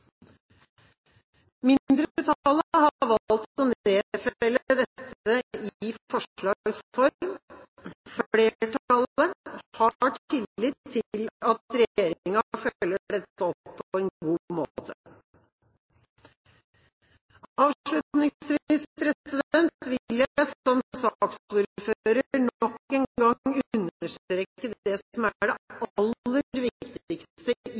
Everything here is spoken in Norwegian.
i forslags form. Flertallet har tillit til at regjeringen følger dette opp på en god måte. Avslutningsvis vil jeg som saksordfører nok en gang understreke det som er det aller viktigste